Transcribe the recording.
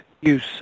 use